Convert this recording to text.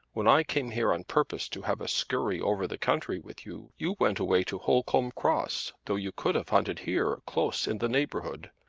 when i came here on purpose to have a skurry over the country with you, you went away to holcombe cross though you could have hunted here, close in the neighbourhood.